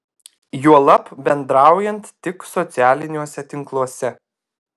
juolab bendraujant tik socialiniuose tinkluose